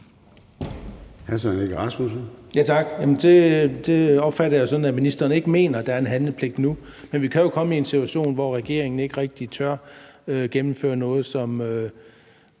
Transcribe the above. Søren Egge Rasmussen (EL): Tak. Jamen det opfatter jeg sådan, at ministeren ikke mener, der er en handlepligt nu. Men vi kan jo komme i en situation, hvor regeringen ikke rigtig tør gennemføre noget, som